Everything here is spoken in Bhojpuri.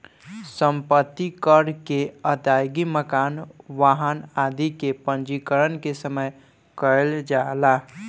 सम्पत्ति कर के अदायगी मकान, वाहन आदि के पंजीकरण के समय कईल जाला